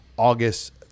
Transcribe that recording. August